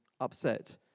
upset